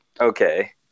Okay